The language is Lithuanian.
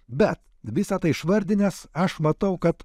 bet visą tą išvardinęs aš matau kad